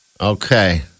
Okay